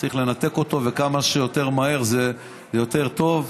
צריך לנתק אותו, וכמה שיותר מהר זה יותר טוב,